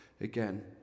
again